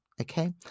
Okay